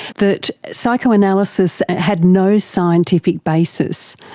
that psychoanalysis had no scientific basis.